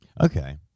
okay